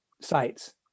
sites